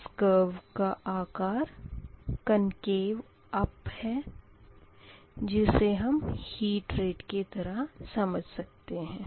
इस कर्व का आकार कोंकेव अप है जिसे हम हीट रेट की तरह समझ सकते है